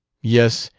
yes,